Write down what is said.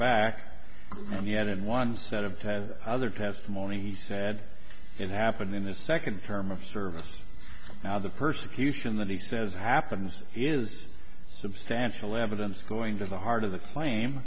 back and yet in one set of other testimony he said it happened in this second term of service now the persecution that he says happens is substantial evidence going to the heart of the cla